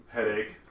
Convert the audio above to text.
Headache